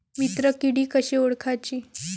मित्र किडी कशी ओळखाची?